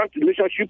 relationship